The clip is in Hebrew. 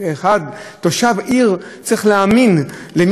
תושב עיר צריך להאמין למי שעומד בראש העיר.